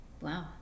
wow